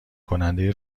کننده